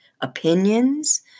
opinions